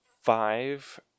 five